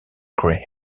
grey